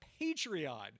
Patreon